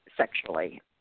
sexually